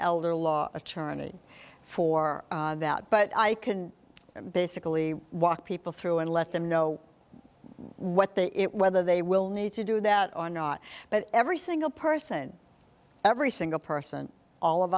elder law attorney for that but i can basically walk people through and let them know what the it whether they will need to do that or not but every single person every single person all of